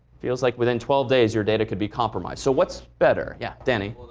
feels like within twelve days your data could be compromised. so what's better? yeah, danny?